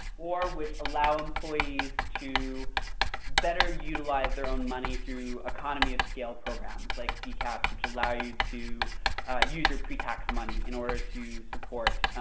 or, which allow employees to better utilize their own money through economy of scale programs, like dcaps which allow you to use your pretax money in order to support